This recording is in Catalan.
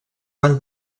van